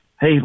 Hey